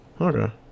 Okay